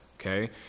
Okay